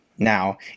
Now